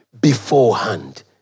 beforehand